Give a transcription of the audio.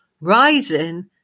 rising